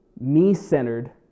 me-centered